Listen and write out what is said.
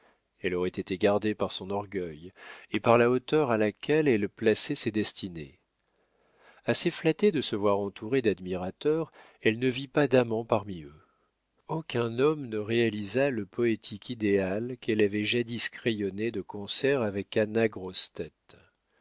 elle aurait été gardée par son orgueil et par la hauteur à laquelle elle plaçait ses destinées assez flattée de se voir entourée d'admirateurs elle ne vit pas d'amant parmi eux aucun homme ne réalisa le poétique idéal qu'elle avait jadis crayonné de concert avec anna